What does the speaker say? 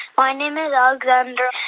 my name is alexander,